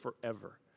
forever